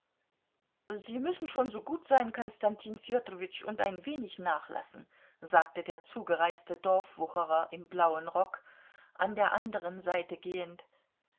sie müssen schon so gut sein konstantin fjodorowitsch und ein wenig nachlassen sagte der zugereiste dorfwucherer im blauen rock an der anderen seite gehend